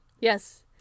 yes